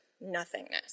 nothingness